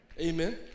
Amen